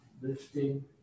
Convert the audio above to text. lifting